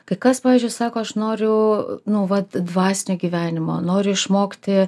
kai kas pavyzdžiui sako aš noriu nu vat dvasinio gyvenimo noriu išmokti